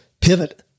Pivot